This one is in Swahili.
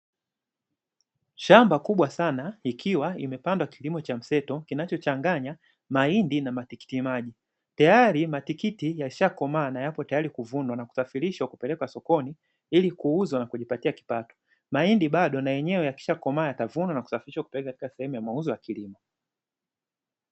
Shamba kubwa sana, ikiwa limepandwa kilimo cha mseto kinachochanganya mahindi na matikiti maji, tayari matikiti yamekomaa na yako tayari kuvunwa na kusafirishwa kupeleka sokoni ili kuuzwa na kujipatia kipato, mahindi bado na yenyewe yakishakomaa yatavunwa na kusafirishwa katika sehemu ya mauzo ya kilimo.